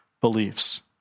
beliefs